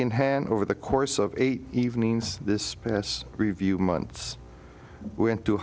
in hand over the course of eight evenings this pass review months went to